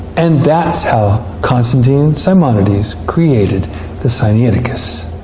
and that's how constantine simonides created the sinaiticus.